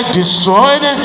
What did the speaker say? destroyed